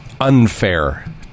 unfair